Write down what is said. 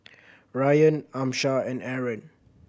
Ryan Amsyar and Aaron